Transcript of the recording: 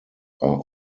are